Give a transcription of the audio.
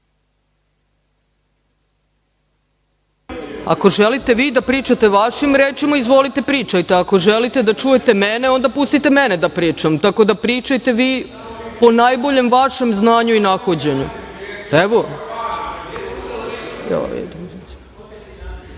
Ako želite vi da pričate vašim rečima, izvolite pričajte, ako želite da čujete mene, onda pustite mene da pričam, tako da pričajte po najboljem vašem znanju i nahođenju.